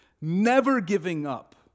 never-giving-up